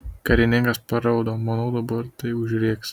karininkas paraudo manau dabar tai užrėks